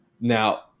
Now